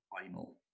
final